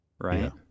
right